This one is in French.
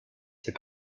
ses